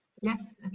Yes